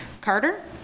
Carter